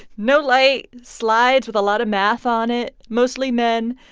no light slides with a lot of math on it. mostly men,